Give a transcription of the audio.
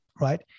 Right